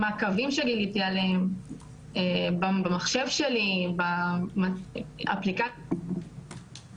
הוא הבין כל כך הרבה ואני פשוט הייתי איזה עב"ם.